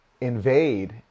invade